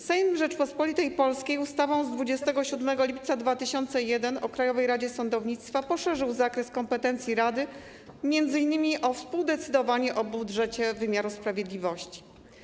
Sejm Rzeczypospolitej Polskiej ustawą z dnia 27 lipca 2001 r. o Krajowej Radzie Sądownictwa poszerzył zakres kompetencji rady m.in. o współdecydowanie o budżecie wymiaru sprawiedliwości.